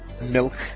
milk